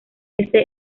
ese